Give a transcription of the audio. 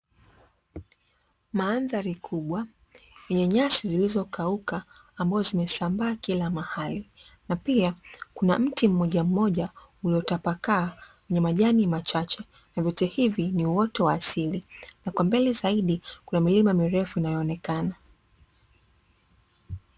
Maandhari kubwa yenye nyasi zilizokauka ambazo zimesambaa kila mahali, na pia kuna mti mmoja mmoja uliotapakaa wenye majani machache na vyote hivi ni uoto wa asili na kwa mbele zaidi, kuna milima mirefu inayoonekana.